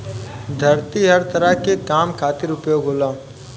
धरती हर तरह के काम खातिर उपयोग होला